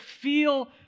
feel